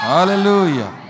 Hallelujah